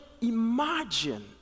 imagine